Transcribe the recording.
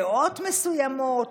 דעות מסוימות,